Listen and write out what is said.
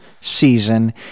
season